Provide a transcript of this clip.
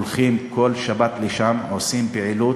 הולכים כל שבת לשם, עושים פעילות,